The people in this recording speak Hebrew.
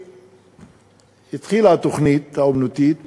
כשהתחילה התוכנית האמנותית